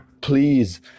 please